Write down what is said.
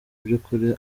by’ukuri